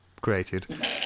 created